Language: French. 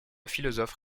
philosophe